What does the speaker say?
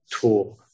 tool